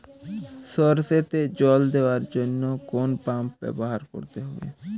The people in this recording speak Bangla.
সরষেতে জল দেওয়ার জন্য কোন পাম্প ব্যবহার করতে হবে?